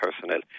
personnel